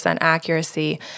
accuracy